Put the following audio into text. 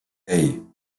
hey